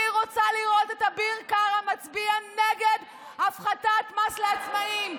אני רוצה לראות את אביר קארה מצביע נגד הפחתת מס לעצמאים,